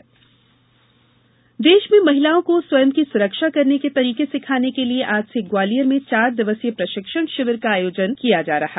प्रशिक्षण शिविर देश में महिलाओं को स्वयं की सुरक्षा करने के तरीके सिखाने के लिये आज से ग्वालियर में चार दिवसीय प्रशिक्षण शिविर का आयोजन होगा